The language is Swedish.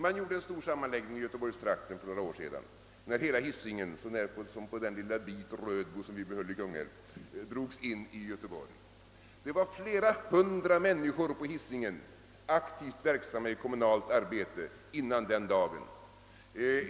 Det skedde en stor sammanläggning i göteborgstrakten för några år sedan, när hela Hisingen så när som på en liten bit, nämligen Rödbo vid Kungälv, drogs in i Göteborg. Det fanns flera hundra människor på Hisingen som var aktivt verksamma i kommunalt arbete före denna dag.